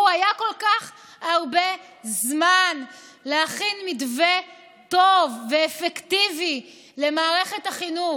היה כל כך הרבה זמן להכין מתווה טוב ואפקטיבי למערכת החינוך.